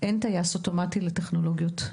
אין טייס אוטומטי לטכנולוגיות.